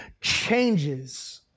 changes